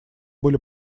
были